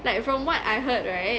like from what I heard right